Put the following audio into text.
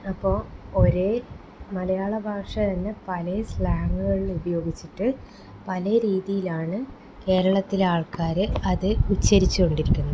അപ്പോൾ ഒരേ മലയാളഭാഷ തന്നെ പല സ്ലാങ്ങുകളിൽ ഉപയോഗിച്ചിട്ട് പല രീതിയിലാണ് കേരളത്തിലെ ആൾക്കാർ അത് ഉച്ചരിച്ചു കൊണ്ടിരിക്കുന്നത്